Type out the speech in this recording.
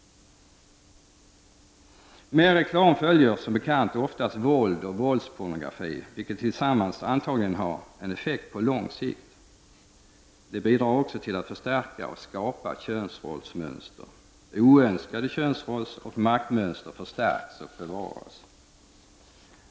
Med reklam följer som bekant oftast våld och våldspornografi, vilket tillsammans antagligen har en effekt på lång sikt. Det bidrar till att förstärka och bevara oönskade könsrollsoch maktmönster.